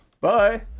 Bye